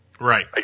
Right